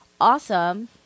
Awesome